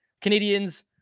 Canadians